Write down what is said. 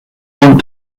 want